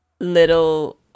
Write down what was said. little